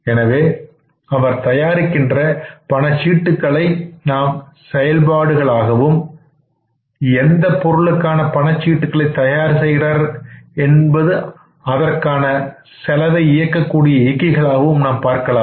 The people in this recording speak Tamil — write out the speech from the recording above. எனவே அவர் தயாரிக்கின்ற பணச்சீட்டுக்களை நாம் செயல்பாடுகள் ஆகவும் எந்த பொருளுக்கான பணச்சீட்டுக்களை தயார் செய்கிறார் என்பது அதற்கான செலவை இயக்கிகளாகவும் நாம் பார்க்கலாம்